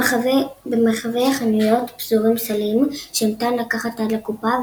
במרחבי החנות פזורים סלים שניתן לקחת עד לקופה,